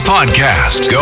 Podcast